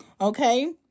Okay